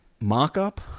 mock-up